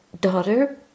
daughter